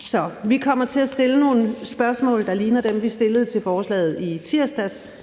Så vi kommer til at stille nogle spørgsmål, der ligner dem, vi stillede til forslaget i tirsdags,